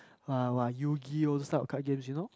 !wah! yu-gi-oh all those type of card games you know